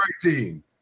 team